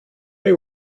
may